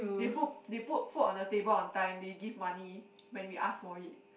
they food they put food on the table on time they give money when we ask for it